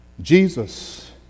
Jesus